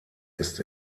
ist